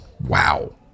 wow